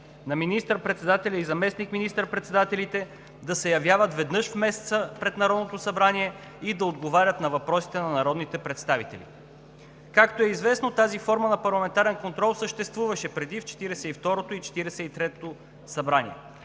на министър-председателя и заместник министър-председателите да се явяват веднъж в месеца пред Народното събрание и да отговарят на въпросите на народните представители. Както е известно, тази форма на парламентарен контрол съществуваше преди в Четиридесет и